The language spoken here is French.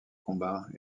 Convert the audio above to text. combats